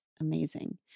Amazing